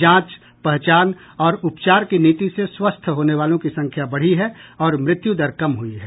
जांच पहचान और उपचार की नीति से स्वस्थ होने वालों की संख्या बढ़ी है और मृत्यु दर कम हुई है